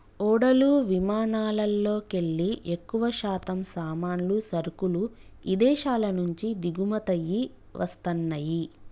ఓడలు విమానాలల్లోకెల్లి ఎక్కువశాతం సామాన్లు, సరుకులు ఇదేశాల నుంచి దిగుమతయ్యి వస్తన్నయ్యి